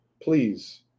please